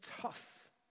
tough